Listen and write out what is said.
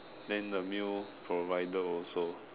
then the meal provided also